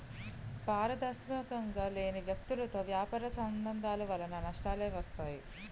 పారదర్శకంగా లేని వ్యక్తులతో వ్యాపార సంబంధాల వలన నష్టాలే వస్తాయి